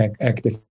active